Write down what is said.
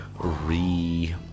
re-